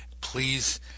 Please